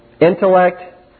intellect